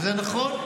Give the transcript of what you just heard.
וזה נכון.